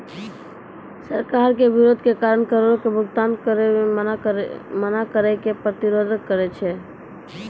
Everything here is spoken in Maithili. सरकार के विरोध के कारण करो के भुगतानो से मना करै के कर प्रतिरोध कहै छै